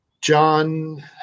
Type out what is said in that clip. John